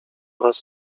oraz